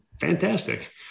fantastic